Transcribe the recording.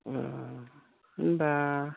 अ होनबा